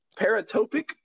Paratopic